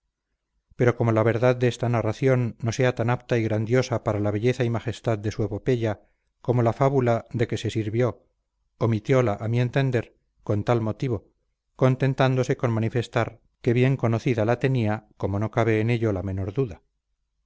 pero como la verdad de esta narración no sea tan apta y grandiosa para la belleza y majestad de su epopeya como la fábula de que se sirvió omitióla a mi entender con tal motivo contentándose con manifestar que bien conocida la tenía como no cabe en ello la menor duda